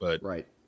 Right